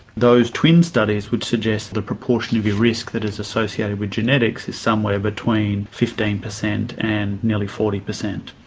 those twin studies would suggest the proportion of your risk that is associated with genetics is somewhere between fifteen percent and nearly forty percent,